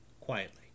quietly